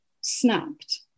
snapped